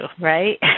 right